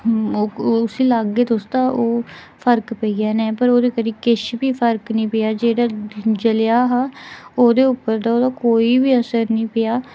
ओह् उसी लाह्गे तुस ते ओह् फर्क पेई जाना पर ओह्दे करी किश बी फर्क निं पेआ जेह्ड़ा जलेआ हा ते ओह्दे उप्पर ते ओह्दा कोई बी असर निं पेआ